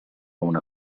una